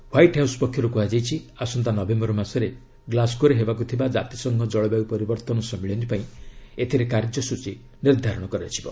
white House ପକ୍ଷରୁ କୁହାଯାଇଛି ଆସନ୍ତା ନଭେମ୍ବର ମାସରେ ଗ୍ଲାସଗୋ ରେ ହେବାକୁ ଥିବା କ୍ଷାତିସଂଘ ଜଳବାୟୁ ପରିବର୍ତ୍ତନ ସମ୍ମିଳନୀ ପାଇଁ ଏଥିରେ କାର୍ଯ୍ୟସୂଚୀ ନିର୍ଦ୍ଧାରଣ କରାଯିବ